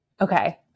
Okay